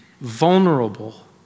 vulnerable